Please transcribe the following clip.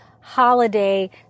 holiday